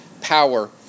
power